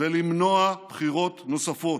ולמנוע בחירות נוספות.